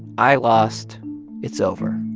i lost it's over.